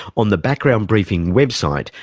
on the background briefing website,